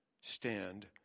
stand